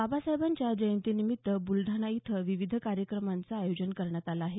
बाबासाहेबांच्या जयंतीनिमित्त ब्लढाणा इथं विविध कार्यक्रमांचं आयोजन करण्यात आलं आहे